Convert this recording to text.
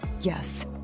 Yes